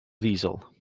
ddiesel